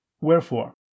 Wherefore